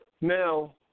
Now